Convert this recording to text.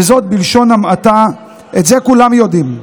בלשון המעטה, את זה כולם יודעים.